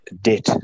debt